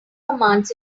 commands